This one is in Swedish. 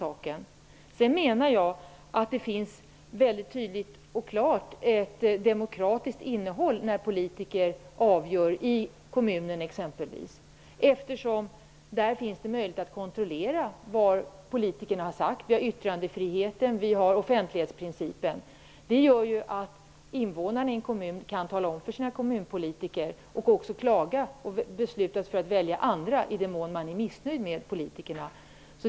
Men jag menar att det finns ett demokratiskt innehåll i de beslut som politiker fattar i exempelvis en kommun. Där finns det möjligheter till demokratisk kontroll. Vi har yttrandefriheten, och vi har offentlighetsprincipen. Det gör att invånarna i en kommun kan tala om för sina kommunalpolitiker vad de vill ha; de kan också klaga, och de kan besluta sig för att välja andra om de är missnöjda med sina politiker.